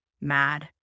mad